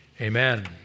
Amen